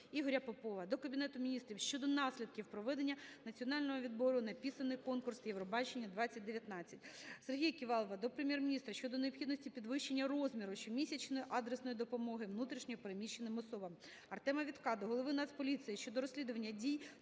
Ігоря Попова до Кабінету Міністрів щодо наслідків проведення національного відбору на Пісенний конкурс "Євробачення-2019". Сергія Ківалова до Прем'єр-міністра щодо необхідності підвищення розміру щомісячної адресної допомоги внутрішньо переміщеним особам. Артема Вітка до голови Нацполіції щодо розслідування дій